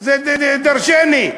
זה דרשני.